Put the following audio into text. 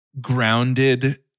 grounded